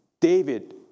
David